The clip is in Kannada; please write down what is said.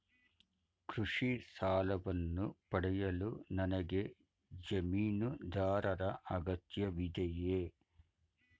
ಕೃಷಿ ಸಾಲವನ್ನು ಪಡೆಯಲು ನನಗೆ ಜಮೀನುದಾರರ ಅಗತ್ಯವಿದೆಯೇ?